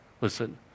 listen